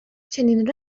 چنین